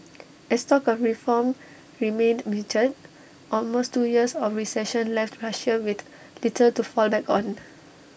as talk of reform remained muted almost two years of recession left Russia with little to fall back on